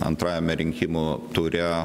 antrajame rinkimų ture